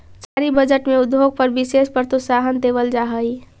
सरकारी बजट में उद्योग पर विशेष प्रोत्साहन देवल जा हई